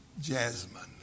jasmine